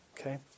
Okay